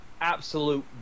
absolute